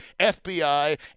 FBI